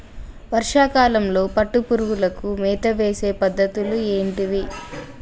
వర్షా కాలంలో పట్టు పురుగులకు మేత వేసే పద్ధతులు ఏంటివి?